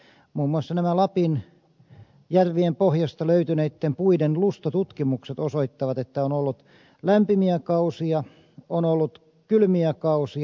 muun muassa nämä lapin järvien pohjasta löytyneiden puiden lustotutkimukset osoittavat että on ollut lämpimiä kausia on ollut kylmiä kausia